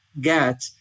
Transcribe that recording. get